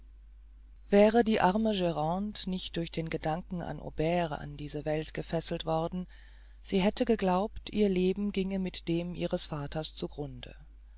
wäre die arme grande nicht durch den gedanken an aubert an diese welt gefesselt worden sie hätte geglaubt ihr leben ginge mit dem ihres vaters zu